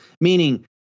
Meaning